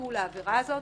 לביטול העבירה הזאת.